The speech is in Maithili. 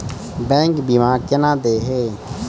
बैंक बीमा केना देय है?